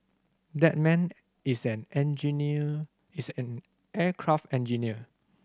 that man is an engineer is an aircraft engineer